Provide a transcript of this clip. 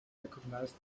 recognized